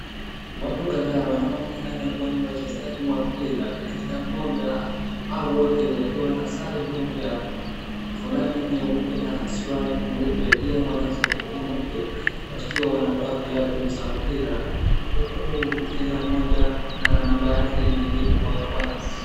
watu kadhaa wanaonekana kuwa ni wachezaji wa mpira, kila mmoja au wote wakiwa na sare moja, fulana nyeupe na suruali nyeupe. Pia wanazo soksi nyeupe wakiwa wanavaa viatu za mpira. Huku kila mmoja ana namba yake imeandikwa kwa suruali.